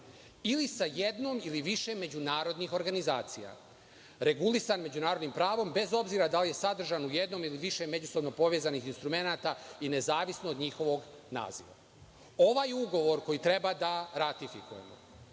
ili sa jednom ili više međunarodni organizacija, regulisan međunarodnim pravom, bez obzira da li je sadržan u jednom ili više međusobno povezanih instrumenata i nezavisno od njihovog naziva. Ovaj ugovor koji treba da ratifikujemo